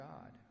God